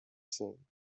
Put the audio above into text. scene